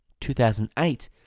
2008